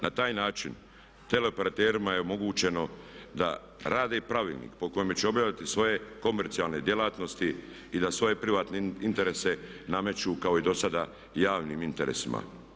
Na taj način teleoperaterima je omogućeno da rade pravilnik po kojem će obavljati svoje komercijalne djelatnosti i da svoje privatne interese nameću kao i dosada javnim interesima.